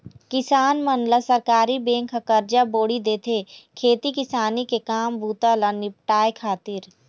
किसान मन ल सहकारी बेंक ह करजा बोड़ी देथे, खेती किसानी के काम बूता ल निपाटय खातिर